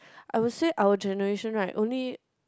I would say our generation right only